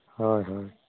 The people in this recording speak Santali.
ᱦᱳᱭ ᱦᱳᱭ